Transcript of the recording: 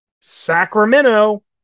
Sacramento